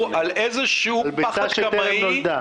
על איזה שהוא פחד קמאי -- על ביצה שטרם נולדה.